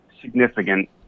significant